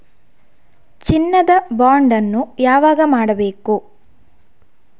ಚಿನ್ನ ದ ಬಾಂಡ್ ಅನ್ನು ಯಾವಾಗ ಮಾಡಬೇಕು?